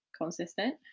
consistent